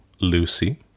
Lucy